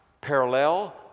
parallel